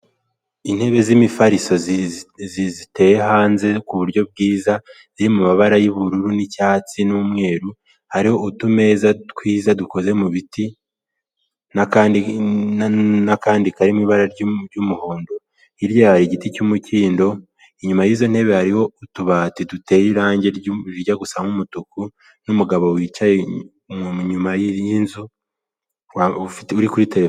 Intebe z'imifariso ziteye hanze ku buryo bwiza ziri mu mabara y'ubururu n'icyatsi n'umweru; hariho utumeza twiza dukoze mu biti n'akandi kari mu ibara ry'umuhondo; hirya yaho hari igiti cy'umukindo, inyuma y'izo ntebe hariho utubati duteye irange rijya gusa nk'umutuku, n'umugabo wicaye inyuma y'inzu uri kuri terefone.